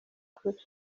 kure